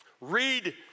Read